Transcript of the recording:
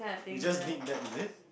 we just need that is it